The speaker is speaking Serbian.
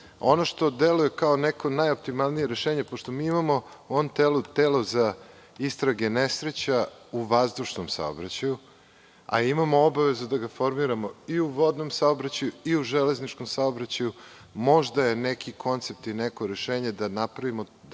Ono što deluje kao neko najoptimalnije rešenje, pošto mi imamo telo za istrage nesreća u vazdušnom saobraćaju, a imamo obavezu da ga formiramo i u vodnom saobraćaju i u železničkom saobraćaju, pa je možda neki koncept i neko rešenje da napravimo